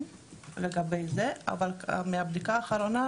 אבל זה הפרדה.